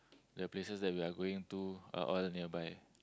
the places that we are going to are all nearby